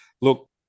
Look